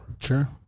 Sure